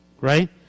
Right